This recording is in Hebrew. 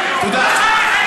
תודה.